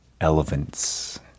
elephants